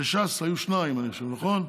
לש"ס היו שניים, אני חושב, נכון?